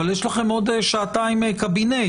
אבל בעוד שעתיים יש לכם דיון בקבינט.